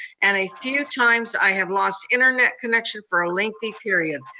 and a few times i have lost internet connection for a lengthy period.